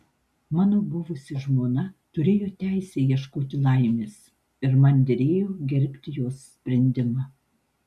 mano buvusi žmona turėjo teisę ieškoti laimės ir man derėjo gerbti jos sprendimą